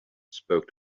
spoke